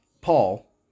Paul